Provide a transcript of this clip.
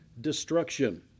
destruction